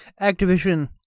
Activision